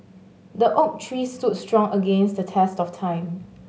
the oak tree stood strong against the test of time